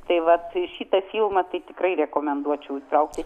tai vat šitą filmą tai tikrai rekomenduočiau įtraukti